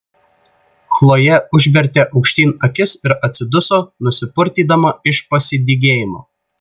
chlojė užvertė aukštyn akis ir atsiduso nusipurtydama iš pasidygėjimo